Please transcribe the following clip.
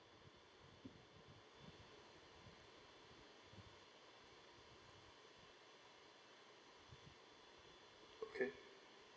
okay